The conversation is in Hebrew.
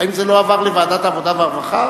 האם זה לא עבר לוועדת העבודה והרווחה?